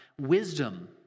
wisdom